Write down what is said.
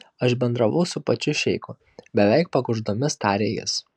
aš bendravau su pačiu šeichu beveik pakuždomis tarė jis